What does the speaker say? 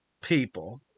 people